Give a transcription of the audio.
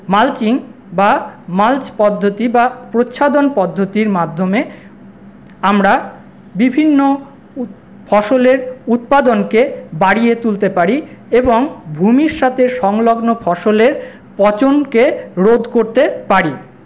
mulching বা mulch পদ্ধতি বা প্রচ্ছাদন পদ্ধতির মাধ্যমে আমরা বিভিন্ন ফসলের উৎপাদনকে বাড়িয়ে তুলতে পারি এবং ভূমির সাথে সংলগ্ন ফসলের পচনকে রোধ করতে পারি